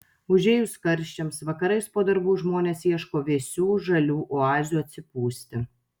užėjus karščiams vakarais po darbų žmonės ieško vėsių žalių oazių atsipūsti